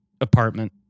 apartment